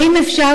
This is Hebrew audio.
ואם אפשר,